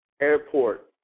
Airport